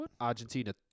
Argentina